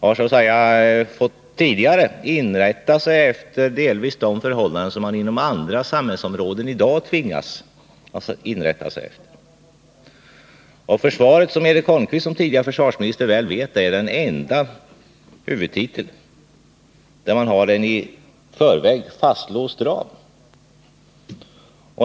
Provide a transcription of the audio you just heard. Försvaret har tidigare fått inrätta sig delvis efter de förhållanden som andra samhällsområden först i dag tvingats inrätta sig efter. Som tidigare försvarsminister vet Eric Holmqvist mycket väl att försvarshuvudtiteln är den enda huvudtiteln med en i förväg fastlåst ram.